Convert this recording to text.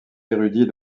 érudits